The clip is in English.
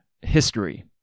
History